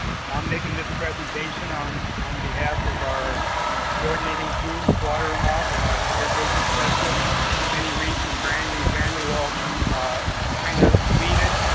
um i'm making this presentation on on behalf of our coordinating team, suat irmak our irrigation specialist jenny reese and brandy van de walle kinda kind of lead it.